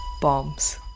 Bombs